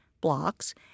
blocks